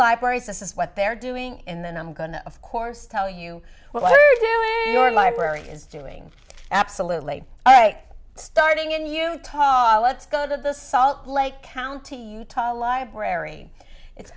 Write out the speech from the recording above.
libraries this is what they're doing in the i'm going to of course tell you what your library is doing absolutely all right starting in utah let's go to the salt lake county utah library it's